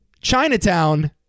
Chinatown